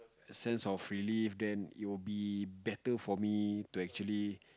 sense of relieve then it would be better for me to actually